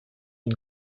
une